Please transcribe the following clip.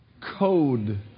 code